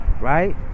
Right